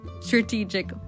strategic